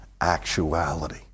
actuality